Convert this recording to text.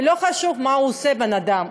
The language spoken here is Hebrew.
ולא חשוב מה עושה הבן-אדם,